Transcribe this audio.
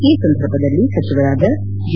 ಈ ಸಂದರ್ಭದಲ್ಲಿ ಸಚಿವರಾದ ಜಿ